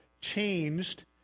changed